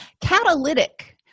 Catalytic